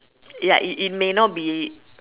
ya it it may not be